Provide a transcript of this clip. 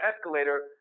escalator